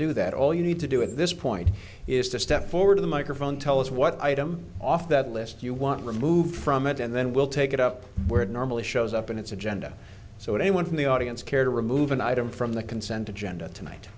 do that all you need to do at this point is to step forward to the microphone tell us what item off that list you want removed from it and then we'll take it up where it normally shows up in its agenda so anyone from the audience care to remove an item from the consent agenda tonight